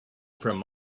from